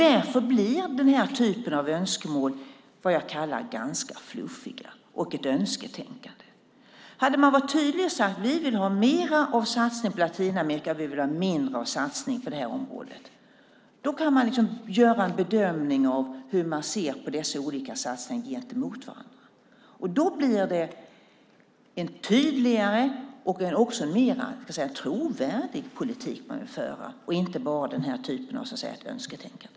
Därför blir denna typ av önskemål ganska fluffiga och ett önsketänkande. Hade man varit tydlig och sagt att man vill ha mer satsning på Latinamerika och mindre satsning på det eller det området kunde man ha gjort en bedömning av hur man ser på dessa olika satsningar ställda mot varandra. Då blir det en tydligare och mer trovärd politik och inte bara ett önsketänkande.